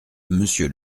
monsieur